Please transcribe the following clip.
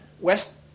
west